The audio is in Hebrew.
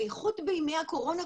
בייחוד בימי הקורונה,